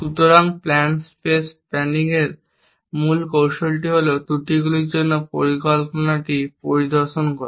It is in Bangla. সুতরাং প্ল্যান স্পেস প্ল্যানিংয়ের মূল কৌশল হল ত্রুটিগুলির জন্য পরিকল্পনাটি পরিদর্শন করা